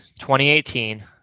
2018